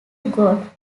god